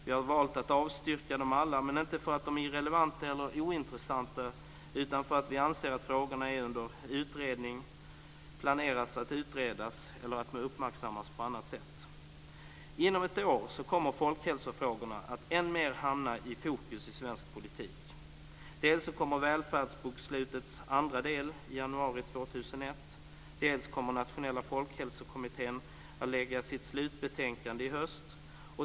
Vi har valt att avstyrka dem alla men inte för att de är irrelevanta eller ointressanta utan för att vi anser att frågorna är under utredning, planeras att utredas eller uppmärksammas på annat sätt. Inom ett år kommer folkhälsofrågorna att än mer hamna i fokus i svensk politik. Välfärdsbokslutets andra del kommer i januari 2001. Dessutom kommer Nationella folkhälsokommittén att lägga fram sitt slutbetänkande i höst.